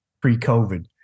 pre-COVID